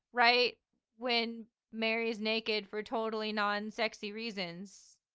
right when mary's naked for totally non-sexy reasons'.